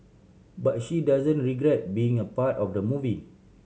but she doesn't regret being a part of the movie